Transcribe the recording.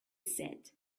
said